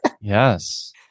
Yes